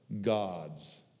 gods